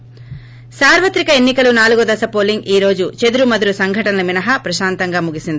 ి సార్వత్రిక ఎన్నికలు నాలుగో దశ పోలింగ్ ఈ రోజు చేదురు మదురు సంఘటనలు మినహా ప్రశాంతంగా ముగిసింది